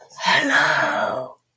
Hello